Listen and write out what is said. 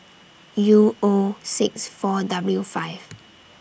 U O six four W five